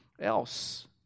else